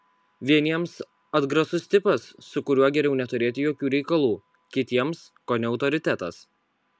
vieniems atgrasus tipas su kuriuo geriau neturėti jokių reikalų kitiems kone autoritetas